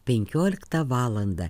penkioliktą valandą